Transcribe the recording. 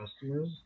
customers